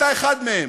אתה אחד מהם,